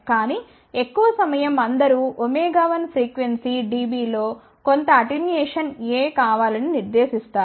కానీ ఎక్కువ సమయం అందరూ ω1 ఫ్రీక్వెన్సీ dB లో కొంత అటెన్యుయేషన్ A కావాలని నిర్దేశిస్తారు